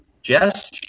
Jess